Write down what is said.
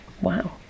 Wow